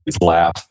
laugh